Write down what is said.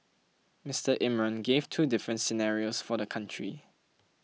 Mister Imran gave two different scenarios for the country